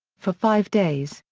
for five days,